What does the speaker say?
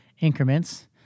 increments